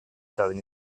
italiani